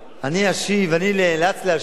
אני נאלץ להשיב